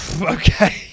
okay